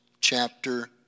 chapter